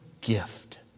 gift